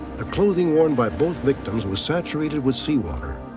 the clothing worn by both victims was saturated with seawater,